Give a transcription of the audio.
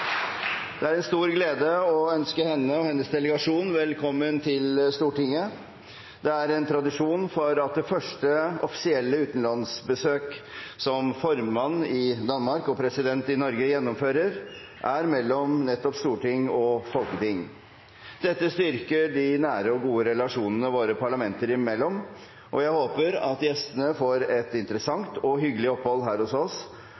Det er en stor glede å ønske henne og hennes delegasjon velkommen til Stortinget. Det er tradisjon for at de første offisielle utenlandsbesøkene som formand i Danmark og president i Norge gjennomfører, er mellom nettopp Stortinget og Folketinget. Dette styrker de nære og gode relasjonene våre parlamenter imellom. Jeg håper at gjestene får et interessant og hyggelig opphold her hos oss,